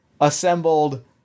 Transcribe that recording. assembled